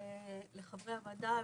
לחברי הוועדה,